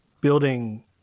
building